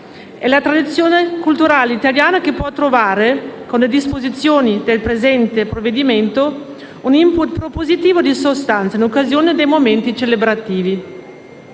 È la tradizione culturale italiana che può trovare, con le disposizioni del presente provvedimento, un *input* propositivo di sostanza in occasione dei momenti celebrativi.